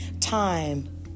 time